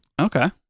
Okay